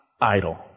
idle